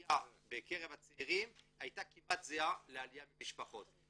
בעליה מקרב הצעירים הייתה כמעט זהה לעלייה ממשפחות,